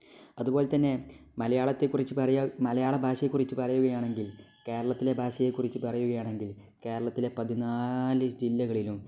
അതുപോലെ തന്നെ മലയാളത്തെക്കുറിച്ച് മലയാളഭാഷയെക്കുറിച്ച് പറയുകയാണെങ്കിൽ കേരളത്തിലെ ഭാഷയെക്കുറിച്ച് പറയുകയാണെങ്കിൽ കേരളത്തിലെ പതിനാല് ജില്ലകളിലും